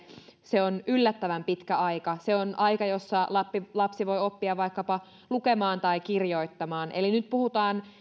se on yllättävän pitkä aika se on aika jossa lapsi lapsi voi oppia vaikkapa lukemaan tai kirjoittamaan eli nyt puhutaan